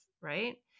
Right